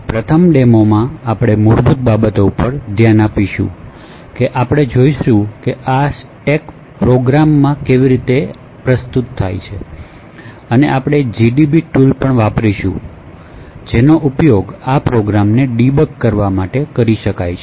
આ પ્રથમ ડેમોમાં આપણે મૂળભૂત બાબતો પર ધ્યાન આપીશું કે આપણે જોઈશું કે આ સ્ટેક પ્રોગ્રામમાં કેવી રીતે પ્રસ્તુત થાય છે અને આપણે GDB ટૂલ પણ વાપરીશું જેનો ઉપયોગ આ પ્રોગ્રામોને ડીબગ કરવા માટે કરી શકાય છે